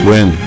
Win